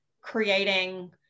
creating